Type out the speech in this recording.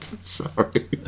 sorry